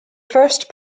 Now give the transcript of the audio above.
first